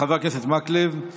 חבר הכנסת מקלב.